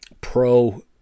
pro